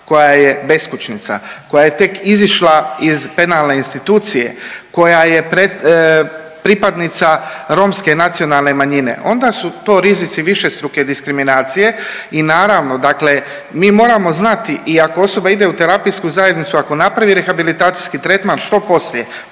koja je beskućnica, koja je tek izišla iz penalne institucije, koja je pripadnica romske nacionalne manjine onda su to rizici višestruke diskriminacije i naravno, dakle mi moramo znati i ako osoba ide u terapijsku zajednicu, ako napravi rehabilitaciji tretman što poslije,